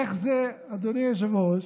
איך זה, אדוני היושב-ראש,